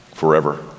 forever